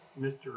Mr